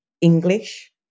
English